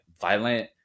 violent